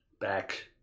back